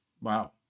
Wow